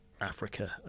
Africa